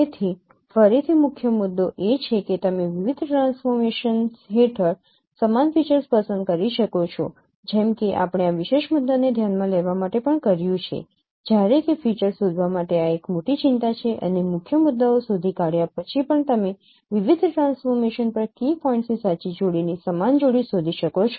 તેથી ફરીથી મુખ્ય મુદ્દો એ છે કે તમે વિવિધ ટ્રાન્સફોર્મેશન્સ હેઠળ સમાન ફીચર્સ પસંદ કરી શકો છો જેમ કે આપણે આ વિશેષ મુદ્દાને ધ્યાનમાં લેવા માટે પણ કર્યું છે જ્યારે કે ફીચર્સ શોધવા આ એક મોટી ચિંતા છે અને મુખ્ય મુદ્દાઓ શોધી કાઢ્યા પછી પણ તમે વિવિધ ટ્રાન્સફોર્મેશન પર કી પોઈન્ટની સાચી જોડીની સમાન જોડી શોધી શકો છો